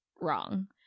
wrong